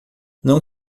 não